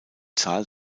zahl